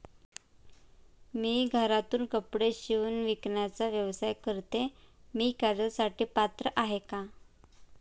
मी घरातूनच कपडे शिवून विकण्याचा व्यवसाय करते, मी कर्जासाठी पात्र आहे का?